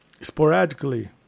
sporadically